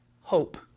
hope